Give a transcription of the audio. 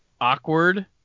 awkward